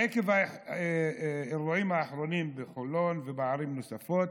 עקב האירועים האחרונים בחולון ובערים נוספות,